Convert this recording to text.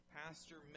pastor